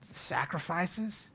sacrifices